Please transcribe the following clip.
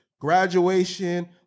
graduation